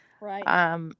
Right